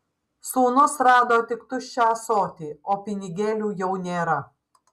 sūnus rado tik tuščią ąsotį o pinigėlių jau nėra